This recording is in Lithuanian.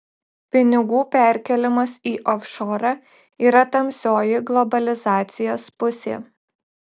pinigų perkėlimas į ofšorą yra tamsioji globalizacijos pusė